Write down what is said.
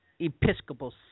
Episcopal